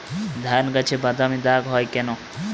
ধানগাছে বাদামী দাগ হয় কেন?